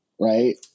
right